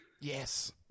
Yes